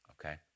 Okay